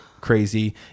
crazy